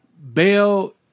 Bell